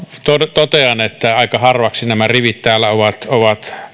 totean että aika harvoiksi nämä rivit täällä ovat ovat